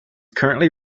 currently